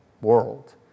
world